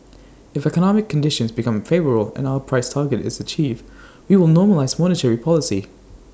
if economic conditions become favourable and our price target is achieved we will normalise monetary policy